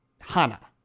Hana